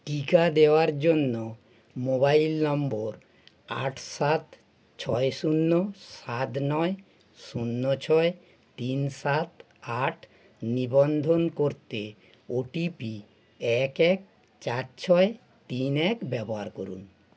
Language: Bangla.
টিকা দেওয়ার জন্য মোবাইল নম্বর আট সাত ছয় শূন্য সাত নয় শূন্য ছয় তিন সাত আট নিবন্ধন করতে ওটিপি এক এক চার ছয় তিন এক ব্যবহার করুন